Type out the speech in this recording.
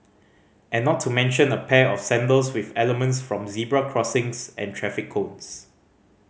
and not to mention a pair of sandals with elements from zebra crossings and traffic cones